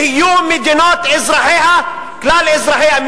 יהיו מדינות כלל אזרחיהן,